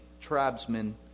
tribesmen